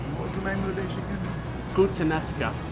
was the name of the dish again? puttanesca.